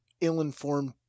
ill-informed